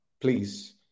Please